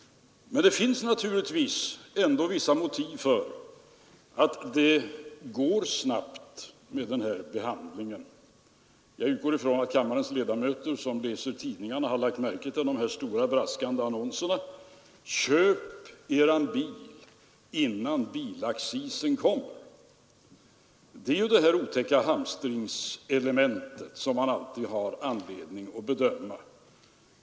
Men det finns naturligtvis ändå vissa motiv för denna snabbhet i behandlingen. Jag utgår från att kammarens ledamöter, som läser tidningarna, har lagt märke till de stora braskande annonserna: Köp er bil innan bilaccisen kommer! Det är detta otäcka hamstringsmoment som man alltid har anledning att räkna med.